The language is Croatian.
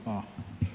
Hvala.